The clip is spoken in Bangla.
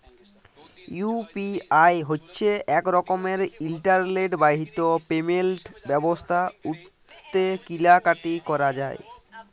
ইউ.পি.আই হছে ইক রকমের ইলটারলেট বাহিত পেমেল্ট ব্যবস্থা উটতে কিলা কাটি ক্যরা যায়